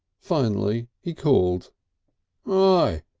finally he called hi!